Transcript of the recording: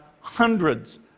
hundreds